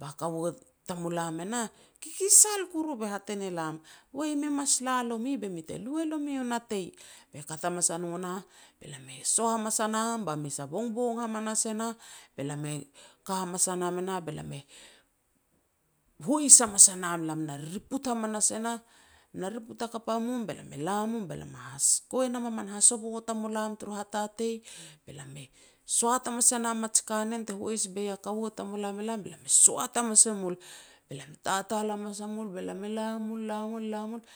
Ba kaua tamulam e nah, kikisal kuru be hat e ne lam, "Wei me mas la nomi be mi te lu e nomi u natei." Be kat hamas a no nah, be lam e soh hamas a nam ba mes a bongbong hamanas e nah, be lam e ka hamanas a nam e nah, be lam e hois hamas a nam. Lam na ririput hamanas e nah, na riput hakap a mum, be e la mum be lam hasiko e nam a min hasovo tamulam tur hatatei, be lam e sot hamas e nam a ji kanen te hois boi a kaua tamulam e lam, be lam e soat hamas e mul. Be lam tatal hamas a mul, be lam e la mul, la mul, la mul